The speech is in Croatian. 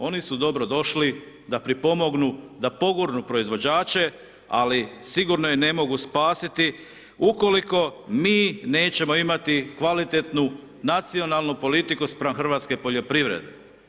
Oni su dobro došli da pripomognu, da pogurnu proizvođače ali sigurno je ne mogu spasiti ukoliko mi nećemo imati kvalitetnu nacionalnu politiku spram hrvatske poljoprivrede.